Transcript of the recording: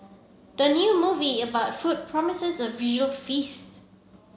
the new movie about food promises a visual feast